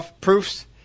proofs